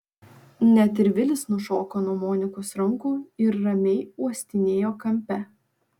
net ir vilis nušoko nuo monikos rankų ir ramiai uostinėjo kampe